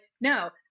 no